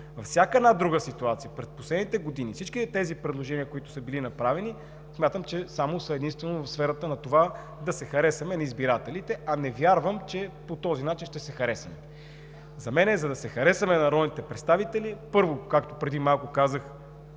Във всяка една друга ситуация през последните години всичките тези предложения, които са били направени, смятам, че са единствено само в сферата на това да се харесаме на избирателите. Не вярвам, че по този начин ще се харесаме. За мен, за да се харесаме на избирателите, първо, както преди малко казах,